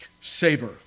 savor